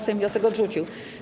Sejm wniosek odrzucił.